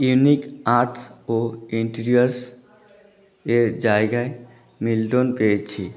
unique arts ও interiors এর জায়গায় মিল্টন পেয়েছি